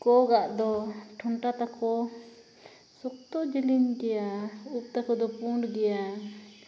ᱠᱚᱸᱜ ᱟᱜ ᱫᱚ ᱴᱷᱚᱱᱴᱟ ᱛᱟᱠᱚ ᱥᱚᱠᱛᱚ ᱡᱮᱞᱮᱧ ᱜᱮᱭᱟ ᱩᱵ ᱛᱟᱠᱚ ᱫᱚ ᱯᱩᱸᱰ ᱜᱮᱭᱟ